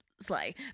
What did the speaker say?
Slay